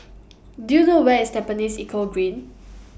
Do YOU know Where IS Tampines Eco Green